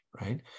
right